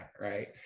right